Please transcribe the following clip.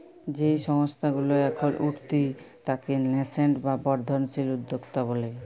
যেই সংস্থা গুলা এখল উঠতি তাকে ন্যাসেন্ট বা বর্ধনশীল উদ্যক্তা ব্যলে